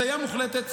הזיה מוחלטת,